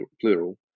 plural